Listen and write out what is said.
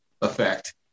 effect